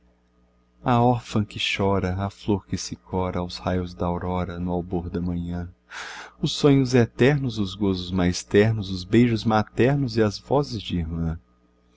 órfã que chora a flor que se cora aos raios da aurora no albor da manhã os sonhos eternos os gozos mais ternos os beijos maternos e as vozes de irmã